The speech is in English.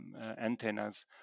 antennas